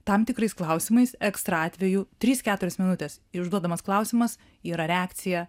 tam tikrais klausimais ekstra atveju trys keturios minutės ir užduodamas klausimas yra reakcija